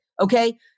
Okay